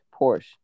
Porsche